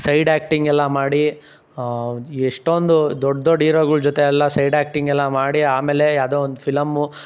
side ಆ್ಯಕ್ಟಿಂಗೆಲ್ಲ ಮಾಡಿ ಎಷ್ಟೊಂದು ದೊಡ್ಡ ದೊಡ್ಡ ಈರೋಗಳ ಜೊತೆಯೆಲ್ಲ ಸೈಡಾಕ್ಟಿಂಗೆಲ್ಲ ಮಾಡಿ ಅಮೇಲೆ ಯಾವುದೋ ಒಂದು ಫಿಲಮ್ಮು